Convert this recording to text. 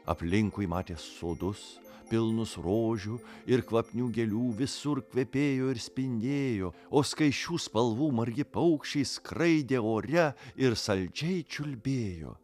aplinkui matė sodus pilnus rožių ir kvapnių gėlių visur kvepėjo ir spindėjo o skaisčių spalvų margi paukščiai skraidė ore ir saldžiai čiulbėjo